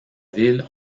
ville